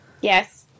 yes